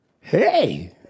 Hey